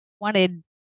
wanted